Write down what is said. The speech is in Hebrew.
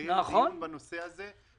לקיים דיון בנושא הזה.